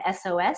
SOS